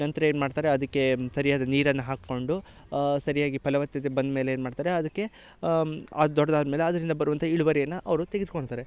ನಂತರ ಏನು ಮಾಡ್ತಾರೆ ಅದಕ್ಕೆ ಸರಿಯಾದ ನೀರನ್ನ ಹಾಕೊಂಡು ಸರಿಯಾಗಿ ಫಲವತ್ತತೆ ಬಂದ ಮೇಲೆ ಏನು ಮಾಡ್ತಾರೆ ಅದಕ್ಕೆ ಅದು ದೊಡ್ದು ಆದ್ಮೇಲೆ ಅದರಿಂದ ಬರುವಂಥ ಇಳುವರಿಯನ್ನ ಅವರು ತೆಗೆದುಕೊಂತಾರೆ